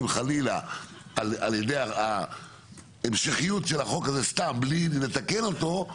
חלילה על ידי ההמשכיות של החוק הזה סתם בלי לתקן אותו,